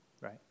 right